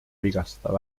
vigastada